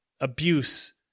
abuse